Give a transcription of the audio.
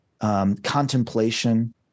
Contemplation